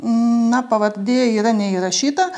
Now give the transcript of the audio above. na pavardė yra neįrašyta